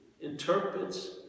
Interprets